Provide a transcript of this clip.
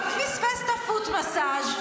גם פספס את הפוט מסאז',